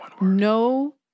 No